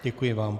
Děkuji vám.